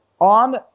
On